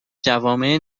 جوامع